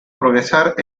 progresar